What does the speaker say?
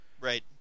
Right